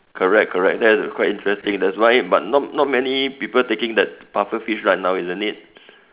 correct correct that's quite interesting that's why but not not many people taking that puffer fish right now isn't it